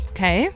Okay